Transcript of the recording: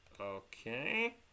okay